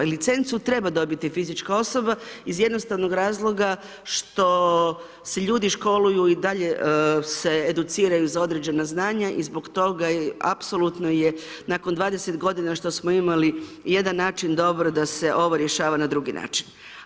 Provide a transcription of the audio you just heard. Licencu treba dobiti fizička osoba iz jednostavnog razloga što se ljudi školuju i dalje se educiraju za određena znanja i zbog apsolutno je nakon 20 godina što smo imali jedan način, dobro da se ovo rješava na drugi način.